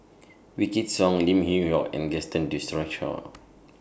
Wykidd Song Lim Yew Hock and Gaston Dutronquoy